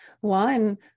One